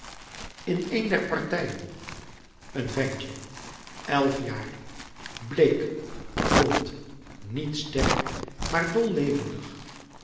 in een der partijen een ventje elf jaar bleek blond niet sterk maar dol levendig